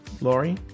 Lori